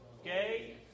Okay